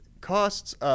costs